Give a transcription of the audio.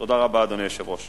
תודה רבה, אדוני היושב-ראש.